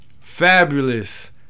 Fabulous